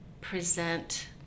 present